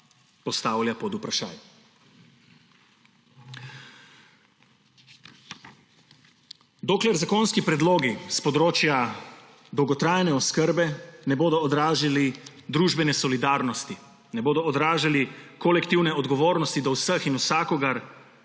postavlja pod vprašaj. Dokler zakonski predlogi s področja dolgotrajne oskrbe ne bodo odražali družbene solidarnosti, ne bodo odražali kolektivne odgovornosti do vseh in vsakogar,